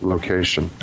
location